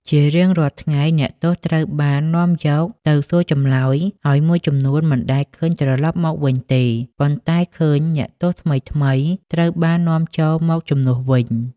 ជារៀងរាល់ថ្ងៃ អ្នកទោសត្រូវបាននាំយកទៅសួរចម្លើយ ហើយមួយចំនួនមិនដែលឃើញត្រឡប់មកវិញទេ ប៉ុន្តែឃើញ អ្នកទោសថ្មីៗ ត្រូវបាននាំចូលមកជំនួសវិញ។